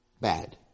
Bad